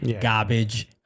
garbage